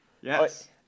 Yes